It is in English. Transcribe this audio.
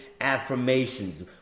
affirmations